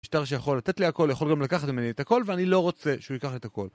משטר שיכול לתת לי הכל, יכול גם לקחת ממני את הכל, ואני לא רוצה שהוא ייקח לי את הכל.